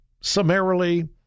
summarily